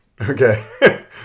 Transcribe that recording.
Okay